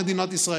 באוקראינה,